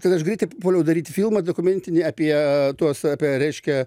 kad aš greit puoliau daryti filmą dokumentinį apie tuos apie reiškia